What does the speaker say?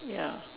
ya